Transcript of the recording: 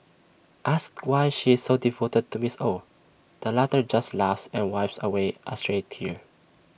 asked why she is so devoted to miss Ow the latter just laughs and wipes away A stray tear